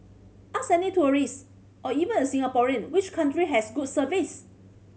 ask any tourist or even a Singaporean which country has good service